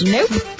Nope